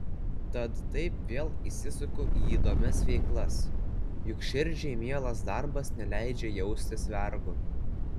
tad taip vėl įsisuku į įdomias veiklas juk širdžiai mielas darbas neleidžia jaustis vergu